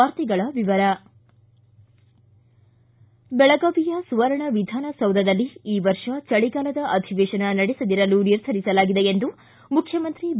ವಾರ್ತೆಗಳ ವಿವರ ಬೆಳಗಾವಿಯ ಸುವರ್ಣ ವಿಧಾನಸೌಧದಲ್ಲಿ ಈ ವರ್ಷ ಚಳಗಾಲದ ಅಧಿವೇಶನ ನಡೆಸದಿರಲು ನಿರ್ಧರಿಸಲಾಗಿದೆ ಎಂದು ಮುಖ್ಯಮಂತ್ರಿ ಬಿ